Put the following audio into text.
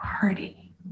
party